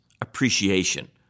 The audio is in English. appreciation